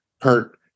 hurt